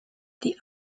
die